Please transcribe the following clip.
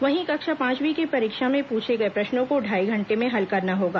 वहीं कक्षा पांचवी की परीक्षा में पूछे गए प्रश्नों को ढाई घंटे में हल करना होगा